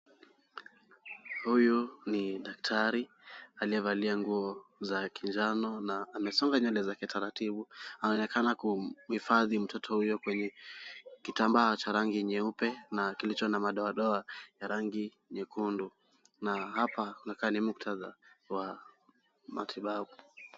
Huyu ni daktari aliyevalia nguo za kijano na amesonga nywele zake taratibu. Aonekana kumhifadhi mtoto huyo kwenye kitambaa cha rangi nyeupe na kilicho na madoadoa ya rangi nyekundu. Na hapa unakaa ni muktadha wa matibabu.